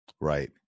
right